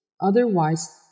Otherwise